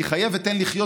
כי חיה ותן לחיות,